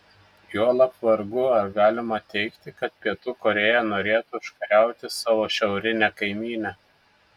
juolab vargu ar galima teigti kad pietų korėja norėtų užkariauti savo šiaurinę kaimynę